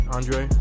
Andre